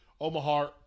Omaha